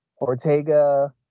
Ortega